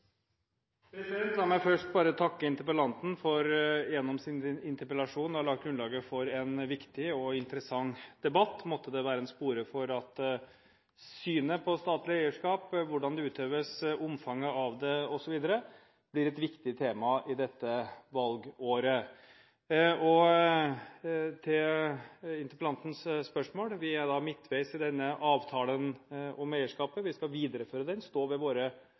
La meg først bare takke interpellanten for gjennom sin interpellasjon å ha lagt grunnlaget for en viktig og interessant debatt. Måtte det være en spore til at synet på statlig eierskap, hvordan det utøves, omfanget av det osv., blir et viktig tema i dette valgåret. Til interpellantens spørsmål: Vi er midtveis i denne avtalen om eierskapet. Vi skal videreføre den og stå ved våre